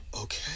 Okay